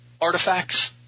artifacts